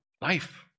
life